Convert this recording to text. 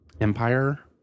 Empire